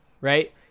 right